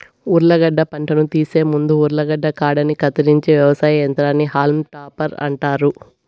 ఉర్లగడ్డ పంటను తీసే ముందు ఉర్లగడ్డల కాండాన్ని కత్తిరించే వ్యవసాయ యంత్రాన్ని హాల్మ్ టాపర్ అంటారు